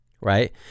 right